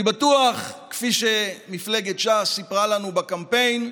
אני בטוח, כפי שמפלגת ש"ס סיפרה לנו בקמפיין,